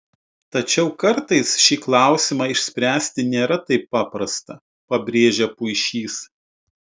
tačiau kartais šį klausimą išspręsti nėra taip paprasta pabrėžia puišys